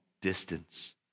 distance